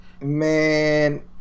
Man